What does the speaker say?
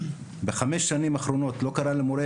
בחמש השנים האחרונות המחוז לא קרא למורה